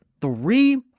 three